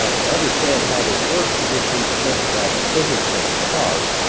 ah to understand how this works you just need to think about the physics of a car,